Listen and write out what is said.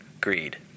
greed